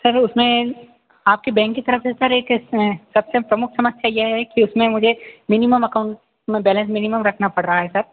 sir उसमें आपके bank के तरफ़ से सर एक सबसे प्रमुख समस्या यह है की उसमें मुझे मिनीमम अकाउंट में बैलन्स मिनीमम रखना पड़ रहा है सर